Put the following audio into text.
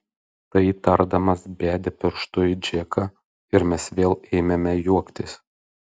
tai tardamas bedė pirštu į džeką ir mes vėl ėmėme juoktis